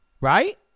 right